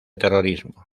terrorismo